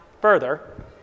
further